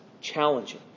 challenging